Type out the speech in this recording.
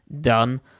done